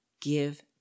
give